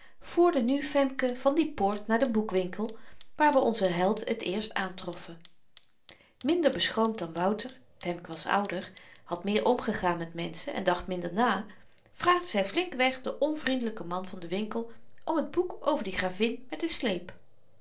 voerde nu femke van die poort naar den boekwinkel waar we onzen held het eerst aantroffen minder beschroomd dan wouter femke was ouder had meer omgegaan met menschen en dacht minder na vraagde zy flinkweg den onvriendelyken man van den winkel om t boek over die gravin met den sleep